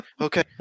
okay